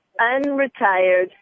Unretired